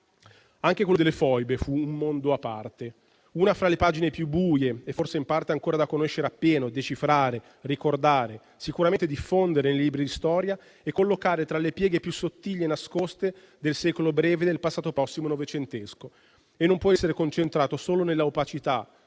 Anche quello delle foibe fu un mondo a parte, una fra le pagine più buie e forse in parte ancora da conoscere a pieno, decifrare, ricordare, sicuramente diffondere nei libri di storia e collocare tra le pieghe più sottili e nascoste del Secolo breve del passato prossimo novecentesco e non può essere concentrato solo nella opacità